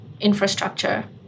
infrastructure